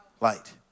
light